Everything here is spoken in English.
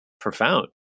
profound